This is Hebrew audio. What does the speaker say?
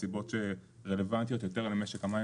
נסיבות שרלוונטיות יותר למשק המים